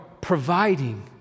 providing